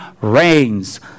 reigns